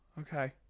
Okay